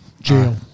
jail